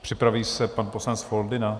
Připraví se pan poslanec Foldyna.